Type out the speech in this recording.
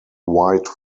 white